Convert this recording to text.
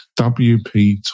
wp